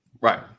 right